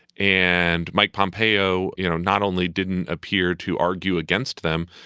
and mike pompeo, you know, not only didn't appear to argue against them,